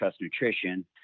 Nutrition